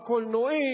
הקולנועית,